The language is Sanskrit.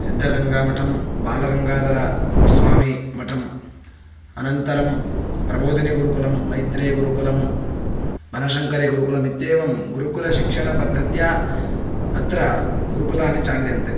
सिद्धगङ्गामठं बालगङ्गाधरस्वामीमठं अनन्तरं प्रबोधिनिगुरुकुलं मैत्रेयिगुरुकुलं बनशङ्करिगुरुकुलमित्येवं गुरुकुलशिक्षणपद्धत्या अत्र गुरुकुलानि चाल्यन्ते